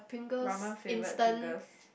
ramen flavoured pringles